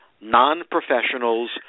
non-professionals